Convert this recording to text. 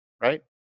right